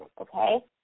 okay